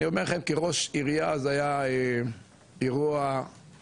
אני אומר לכם כראש עירייה אז היה אירוע מכונן.